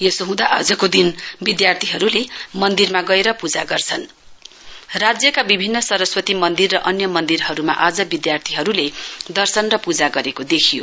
यसो हँदा आजको दिन विधार्थीहरूले मनदिरमा गएर पूजा गर्छन राज्यका विभिन्न सरस्वती मन्दिर र अन्य मन्दिरहरूमा आज विधार्थीहरूले दर्शन र पूजा गरेको देखियो